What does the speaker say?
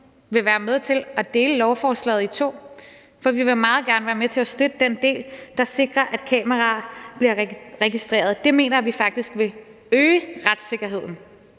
vil være med til at dele lovforslaget i to, for vi vil meget gerne være med til at støtte den del, der sikrer, at kameraer bliver registreret. Det mener vi faktisk vil øge retssikkerheden